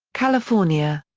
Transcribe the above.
california.